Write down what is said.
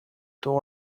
style